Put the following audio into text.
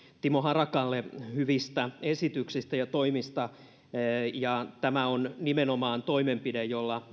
timo harakalle hyvistä esityksistä ja toimista tämä on nimenomaan toimenpide jolla